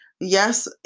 Yes